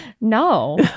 No